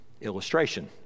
illustration